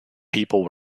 people